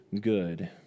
good